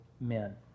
men